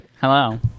Hello